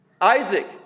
Isaac